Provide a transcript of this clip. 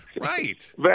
Right